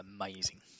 amazing